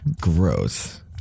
Gross